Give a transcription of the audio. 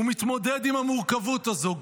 הוא מתמודד עם המורכבות הזו,